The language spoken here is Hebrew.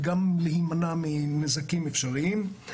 וגם להימנע מנזקים אפשריים.